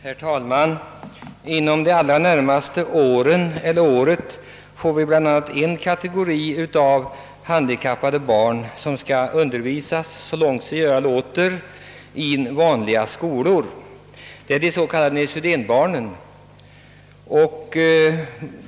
Herr talman! Inom de närmaste åren eller redan det närmaste året får vi en ny kategori av handikappade barn som så långt sig göra låter skall undervisas i vanliga skolor. Jag tänker på de s.k. neurosedynbarnen.